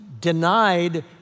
denied